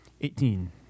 Eighteen